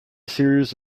series